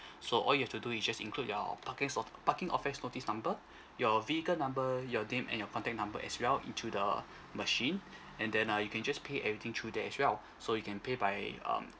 so all you have to do is just include your parking lot parking offence notice number your vehicle number your name and your contact number as well into the machine and then uh you can just pay everything through there as well so you can pay by um